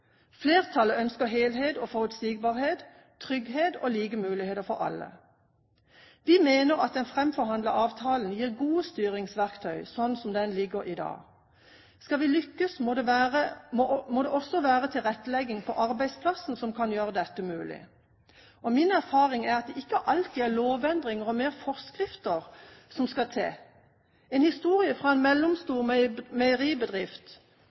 Flertallet ønsker ikke et oppstykket og fragmentert arbeidsliv. Flertallet ønsker helhet og forutsigbarhet, trygghet og like muligheter for alle. Vi mener at den framforhandlede avtalen gir gode styringsverktøy, slik den ligger i dag. Skal vi lykkes, må det også være tilrettelegging på arbeidsplassen som kan gjøre dette mulig. Og min erfaring er at det ikke alltid er lovendringer og mer forskrifter som skal til. En historie fra en